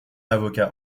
avocat